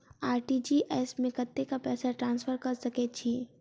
RTGS मे कतेक पैसा ट्रान्सफर कऽ सकैत छी?